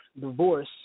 divorce